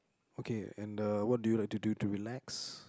okay and the what do you like to do to relax